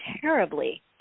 terribly